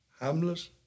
Hamlet